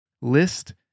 list